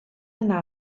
yna